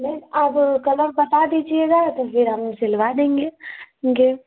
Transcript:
नहीं आप कलर बता दीजिएगा तो फिर हम सिलवा देंगे गे